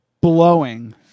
blowing